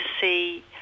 see